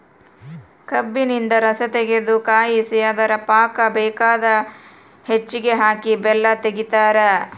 ಕಬ್ಬಿನಿಂದ ರಸತಗೆದು ಕಾಯಿಸಿ ಅದರ ಪಾಕ ಬೇಕಾದ ಹೆಚ್ಚಿಗೆ ಹಾಕಿ ಬೆಲ್ಲ ತೆಗಿತಾರ